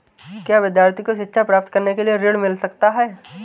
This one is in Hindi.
क्या विद्यार्थी को शिक्षा प्राप्त करने के लिए ऋण मिल सकता है?